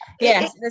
Yes